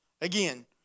Again